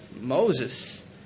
Moses